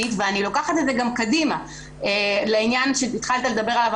ואני לוקחת את זה גם קדימה לעניין שהתחלת לדבר עליו,